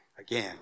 Again